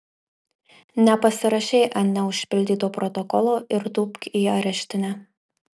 nepasirašei ant neužpildyto protokolo ir tūpk į areštinę